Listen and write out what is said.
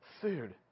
food